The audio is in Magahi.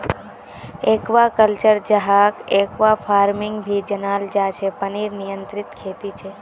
एक्वाकल्चर, जहाक एक्वाफार्मिंग भी जनाल जा छे पनीर नियंत्रित खेती छे